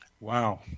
Wow